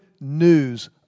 news